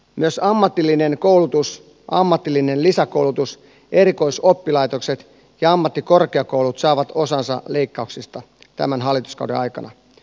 myös ammatillinen koulutus ammatillinen lisäkoulutus erikoisoppilaitokset ja ammattikorkeakoulut saavat osansa leikkauksista tämän hallituskauden aikana